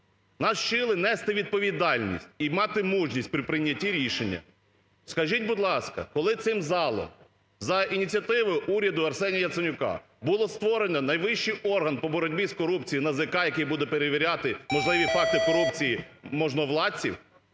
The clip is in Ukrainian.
нас вчили нести відповідальність і мати мужність при прийнятті рішення. Скажіть, будь ласка, коли цим залом, за ініціативою уряду Арсенія Яценюка, було створено найвищий орган по боротьбі з корупцією НАЗК, який буде перевіряти можливі факти корупції можновладців,